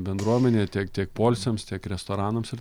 bendruomenė tiek tiek poilsiams tiek restoranams ir